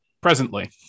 presently